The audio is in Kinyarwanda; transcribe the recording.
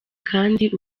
kandi